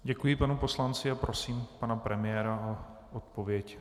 Děkuji panu poslanci a prosím pana premiéra o odpověď.